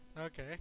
Okay